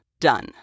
Done